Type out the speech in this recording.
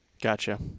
Gotcha